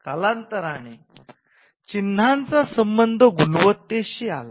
कालांतराने चिन्हाचा संबंध गुणवत्तेशी आला